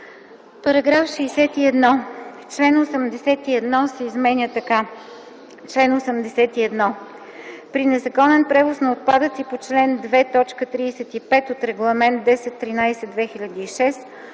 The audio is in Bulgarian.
§ 61. Член 81 се изменя така: „Чл. 81. При незаконен превоз на отпадъци по чл. 2, т. 35 от Регламент 1013/2006